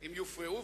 שהם יופרעו,